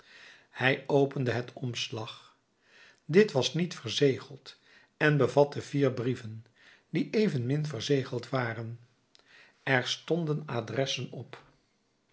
hij opende het omslag dit was niet verzegeld en bevatte vier brieven die evenmin verzegeld waren er stonden adressen op